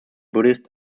buddhist